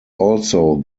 also